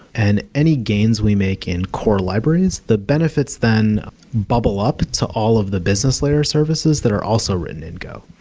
and any gains we make in core libraries, the benefits then bubble up to all of the business layer services that are also written in go.